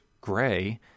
gray